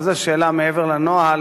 מעבר לנוהל,